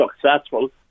successful